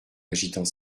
agitant